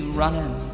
running